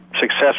success